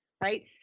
right